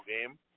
game